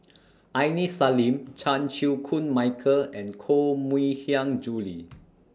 Aini Salim Chan Chew Koon Michael and Koh Mui Hiang Julie